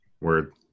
Word